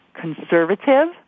conservative